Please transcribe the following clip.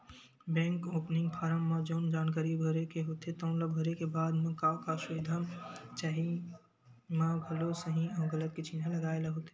bank opening form म जउन जानकारी भरे के होथे तउन ल भरे के बाद म का का सुबिधा चाही म घलो सहीं अउ गलत के चिन्हा लगाए ल होथे